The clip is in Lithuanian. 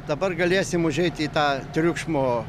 dabar galėsim užeiti į tą triukšmo